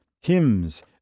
hymns